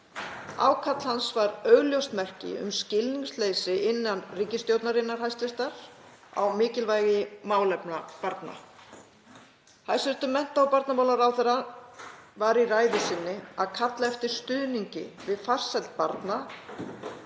Ákall hans var augljóst merki um skilningsleysi innan hæstv. ríkisstjórnar á mikilvægi málefna barna. Hæstv. mennta- og barnamálaráðherra var í ræðu sinni að kalla eftir stuðningi við farsæld barna